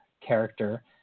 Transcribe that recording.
character